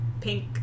pink